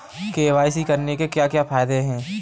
KYC करने के क्या क्या फायदे हैं?